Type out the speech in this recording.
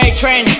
train